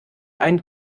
ein